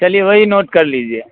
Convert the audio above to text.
चलिए वही नोट कर लीजिए